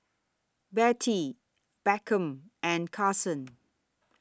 Bettye Beckham and Karson